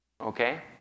Okay